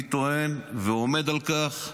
אני טוען, ועומד על כך,